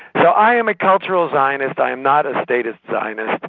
so i am a cultural zionist. i am not a statist zionist.